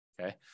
Okay